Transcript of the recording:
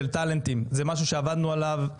נתקלנו בו בנושא של אוקראינה והצלחנו